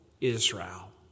Israel